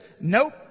nope